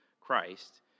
Christ